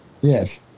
Yes